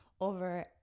over